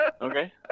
Okay